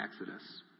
Exodus